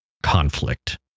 conflict